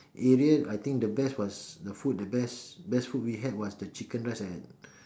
area I think the best was the food the best food we had was the chicken rice at